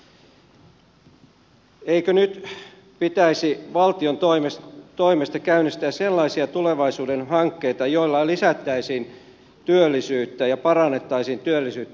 eikö nyt pitäisi valtion toimesta käynnistää sellaisia tulevaisuuden hankkeita joilla lisättäisiin ja parannettaisiin työllisyyttä